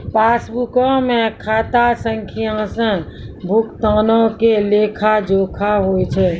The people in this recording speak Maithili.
पासबुको मे खाता संख्या से भुगतानो के लेखा जोखा होय छै